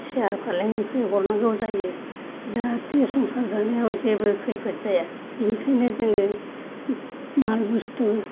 सियार फालेंनिफ्राय हरनांगौ जायो जाहाथे संसार जानायाव जेबो खैफोद जाया बेनिखायनो जोङो माल बुस्तु